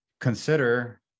consider